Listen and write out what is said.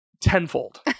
tenfold